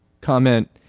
Comment